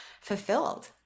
fulfilled